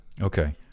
Okay